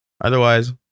Otherwise